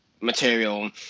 material